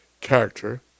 character